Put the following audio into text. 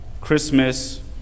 Christmas